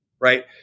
right